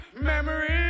Memories